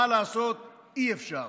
מה לעשות, אי-אפשר.